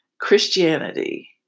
Christianity